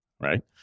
right